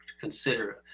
consider